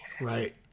Right